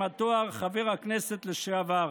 עם התואר "חבר הכנסת לשעבר".